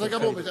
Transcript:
בסדר גמור.